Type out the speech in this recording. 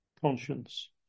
conscience